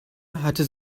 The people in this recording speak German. hatte